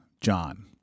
John